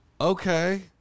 Okay